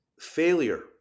failure